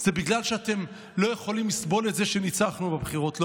זה בגלל שאתם לא יכולים לסבול את זה שניצחנו בבחירות.